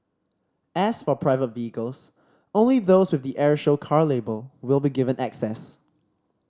as for private vehicles only those with the air show car label will be given access